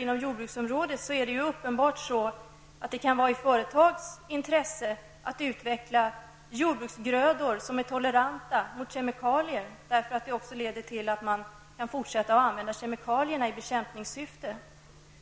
Inom jordbruksområdet kan det t.ex. uppenbart vara så att det ligger i ett företags intresse att utveckla jordbruksgrödor som är toleranta mot kemikalier, eftersom det också leder till att man kan fortsätta att använda kemikalierna i bekämpningssyfte.